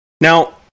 Now